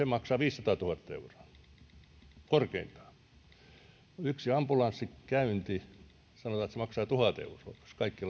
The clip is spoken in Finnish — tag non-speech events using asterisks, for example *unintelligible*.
*unintelligible* maksaa viisisataatuhatta euroa korkeintaan sanotaan että yksi ambulanssikäynti maksaa tuhat euroa jos kaikki *unintelligible*